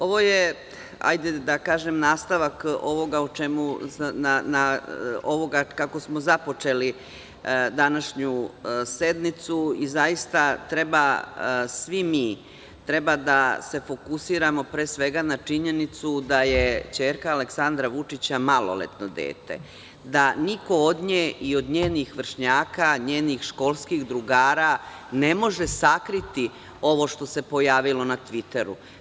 Ovo je, ajde da kažem nastavak ovoga kako smo započeli današnju sednicu i zaista treba svi mi, treba da se fokusiramo pre svega na činjenicu da je ćerka Aleksandra Vučića maloletno dete, da niko od nje i od njenih vršnjaka, njenih školskih drugara ne može sakriti ovo što se pojavilo na „Tviteru“